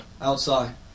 outside